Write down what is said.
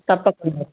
తప్పకుండ